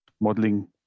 modeling